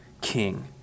king